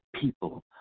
people